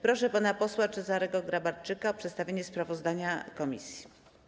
Proszę pana posła Cezarego Grabarczyka o przedstawienie sprawozdania komisji.